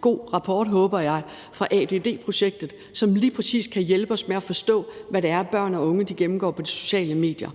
god rapport, håber jeg, fra ADD-projektet, som lige præcis kan hjælpe os med at forstå, hvad det er, børn og unge gennemgår på de sociale medier.